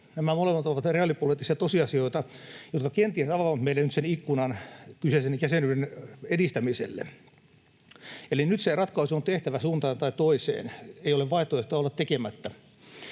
Nämä molemmat ovat reaalipoliittisia tosiasioita, jotka kenties avaavat meille nyt sen ikkunan kyseisen jäsenyyden edistämiselle. Eli nyt se ratkaisu on tehtävä suuntaan tai toiseen. Ei ole vaihtoehtoa olla tekemättä.